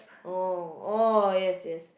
oh oh yes yes